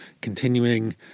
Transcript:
continuing